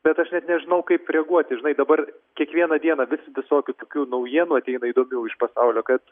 bet aš net nežinau kaip reaguoti žinai dabar kiekvieną dieną vis visokių tokių naujienų ateina įdomių iš pasaulio kad